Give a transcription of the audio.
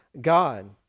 God